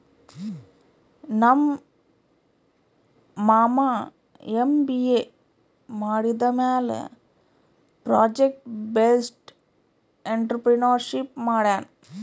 ನಮ್ ಮಾಮಾ ಎಮ್.ಬಿ.ಎ ಮಾಡಿದಮ್ಯಾಲ ಪ್ರೊಜೆಕ್ಟ್ ಬೇಸ್ಡ್ ಎಂಟ್ರರ್ಪ್ರಿನರ್ಶಿಪ್ ಮಾಡ್ಯಾನ್